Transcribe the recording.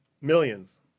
millions